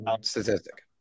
statistic